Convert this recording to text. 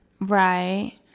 Right